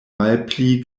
malpli